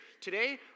Today